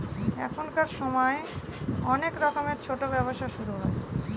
এখনকার সময় অনেক রকমের ছোটো ব্যবসা শুরু হয়